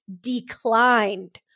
declined